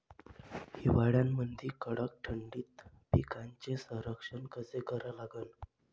हिवाळ्यामंदी कडक थंडीत पिकाचे संरक्षण कसे करा लागन?